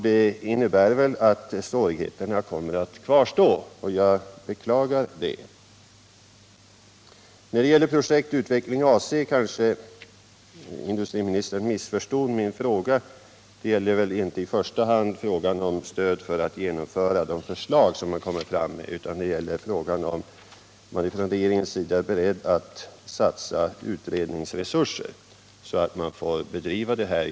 Detta innebär väl att svårigheterna kommer att kvarstå, och jag beklagar det. Vad sedan beträffar projektet utveckling AC så kanske industriministern missförstod min fråga. Det gäller inte i första hand frågan om stöd för att genomföra de förslag som har kommit fram, utan det gäller om regeringen är beredd att satsa utredningsresurser så att man får bedriva detta arbete.